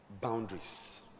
boundaries